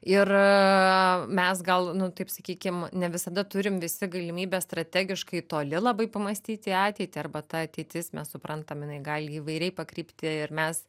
ir mes gal nu taip sakykim ne visada turim visi galimybę strategiškai toli labai pamąstyti į ateitį arba ta ateitis mes suprantam jinai gali įvairiai pakrypti ir mes